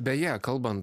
beje kalbant